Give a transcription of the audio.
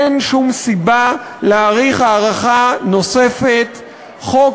אין שום סיבה להאריך הארכה נוספת תוקף חוק